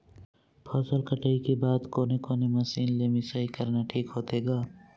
फसल कटाई के बाद कोने कोने मशीन ले मिसाई करना ठीक होथे ग?